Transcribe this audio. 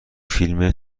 فیلم